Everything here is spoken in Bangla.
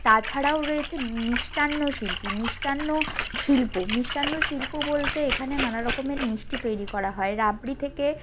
তাছাড়াও রয়েছে মিষ্টান্ন শিল্পী মিষ্টান্ন শিল্প মিষ্টান্ন শিল্প বলতে এখানে নানারকমের মিষ্টি তৈরি করা হয় রাবড়ি থেকে